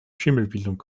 schimmelbildung